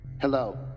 hello